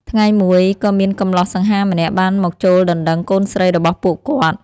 ថ្ងៃមួយ ក៏មានកម្លោះសង្ហាម្នាក់បានមកចូលដណ្តឹងកូនស្រីរបស់ពួកគាត់។